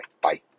Bye